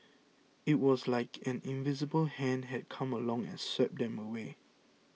it was like an invisible hand had come along and swept them away